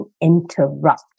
interrupt